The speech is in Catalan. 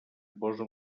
posa